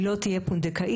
היא לא תהיה פונדקאית,